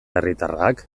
herritarrak